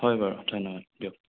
হয় বাৰু ধন্যবাদ দিয়ক